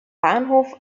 bahnhof